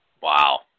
Wow